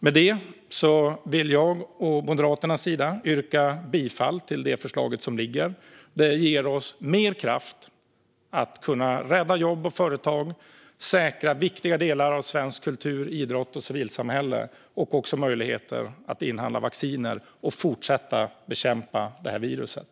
Med det vill jag å Moderaternas vägnar yrka bifall till förslaget i betänkandet. Det ger oss mer kraft att rädda jobb och företag och att säkra viktiga delar av svensk kultur, idrott och civilsamhälle. Det ger oss också möjlighet att inhandla vacciner och fortsätta att bekämpa det här viruset.